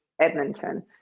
Edmonton